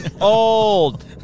old